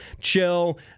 chill